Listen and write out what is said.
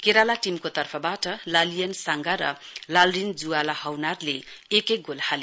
केराला टीमको तर्फबाट लालियन सांगा र लालरिन जुआला हौनारले एक एक गोल हाले